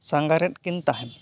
ᱥᱟᱸᱜᱷᱟᱨᱮᱫ ᱠᱤᱱ ᱛᱟᱦᱮᱸᱫ